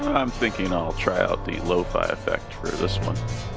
i'm thinking i'll try out the lo-fi effect for this one.